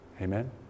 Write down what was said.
amen